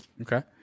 Okay